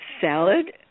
salad